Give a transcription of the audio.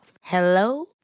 Hello